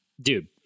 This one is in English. dude